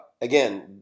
Again